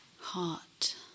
heart